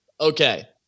Okay